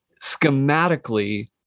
Schematically